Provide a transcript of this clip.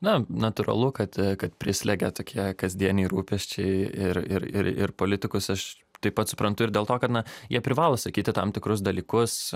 natūralu kad kad prislegia tokie kasdieniai rūpesčiai ir ir ir politikus aš taip pat suprantu ir dėl to kad na jie privalo sakyti tam tikrus dalykus